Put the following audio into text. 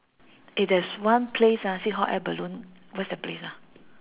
eh there's one place ah see hot air balloon where's the place ah